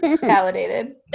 validated